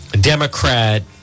Democrat